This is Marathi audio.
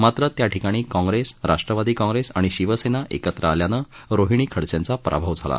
मात्र त्याठिकाणी काँग्रेस राष्ट्रवादी काँग्रेस आणि शिवसेना एकत्र आल्यानं रोहीणी खडसेंचा पराभव झाला